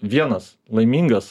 vienas laimingas